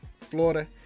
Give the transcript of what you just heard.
Florida